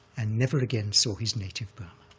and never again saw his native burma.